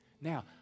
Now